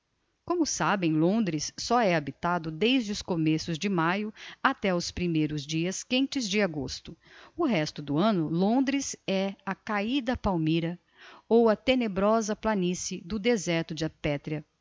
como sabem londres só é habitado desde os começos de maio até aos primeiros dias quentes de agosto o resto do anno londres é a cahida palmyra ou a tenebrosa planicie do deserto da petrêa